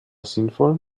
sinnvoll